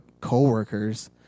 co-workers